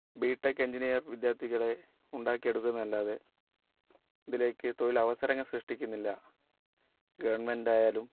B tech engineer വിദ്യാർത്ഥികളെ ഉണ്ടാക്കി എടുക്കുന്നതല്ലാതെ ഇതിലേക്ക് തൊഴിൽ അവസരങ്ങൾ സൃഷ്ടിക്കുന്നില്ല ഗവൺമെൻറ്റ് ആയാലും